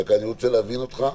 אני רוצה להבין אותך,